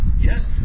Yes